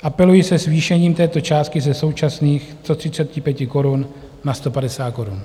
Apelují (?) se zvýšením této částky ze současných 135 korun na 150 korun.